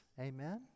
Amen